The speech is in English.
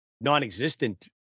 non-existent